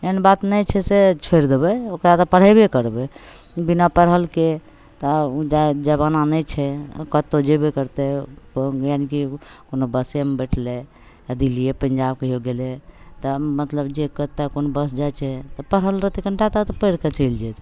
एहन बात नहि छै से छोड़ि देबै ओकरा तऽ पढ़ेबे करबै बिना पढ़लके तऽ जमाना नहि छै कतहु जएबे करतै जेनाकि कोनो बसेमे बैठले आओर दिल्लिए पञ्जाब कहिओ गेलै तऽ मतलब जे कतहु कोन बस जाइ छै पढ़ल रहतै कनिटा तऽ पढ़िके चलि जएतै